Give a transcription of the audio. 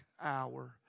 hour